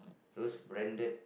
those branded